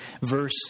verse